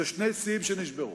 אלו שני שיאים שנשברו.